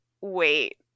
wait